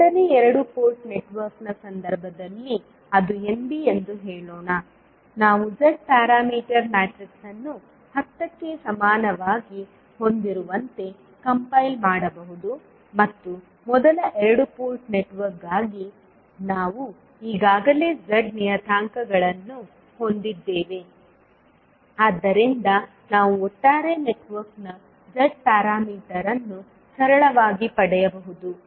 ಎರಡನೇ ಎರಡು ಪೋರ್ಟ್ ನೆಟ್ವರ್ಕ್ನ ಸಂದರ್ಭದಲ್ಲಿ ಅದು Nb ಎಂದು ಹೇಳೋಣ ನಾವು Z ಪ್ಯಾರಾಮೀಟರ್ ಮ್ಯಾಟ್ರಿಕ್ಸ್ ಅನ್ನು 10 ಕ್ಕೆ ಸಮಾನವಾಗಿ ಹೊಂದಿರುವಂತೆ ಕಂಪೈಲ್ ಮಾಡಬಹುದು ಮತ್ತು ಮೊದಲ ಎರಡು ಪೋರ್ಟ್ ನೆಟ್ವರ್ಕ್ಗಾಗಿ ನಾವು ಈಗಾಗಲೇ Z ನಿಯತಾಂಕಗಳನ್ನು ಹೊಂದಿದ್ದೇವೆ ಆದ್ದರಿಂದ ನಾವು ಒಟ್ಟಾರೆ ನೆಟ್ವರ್ಕ್ನ Z ಪ್ಯಾರಾಮೀಟರ್ ಅನ್ನು ಸರಳವಾಗಿ ಪಡೆಯಬಹುದು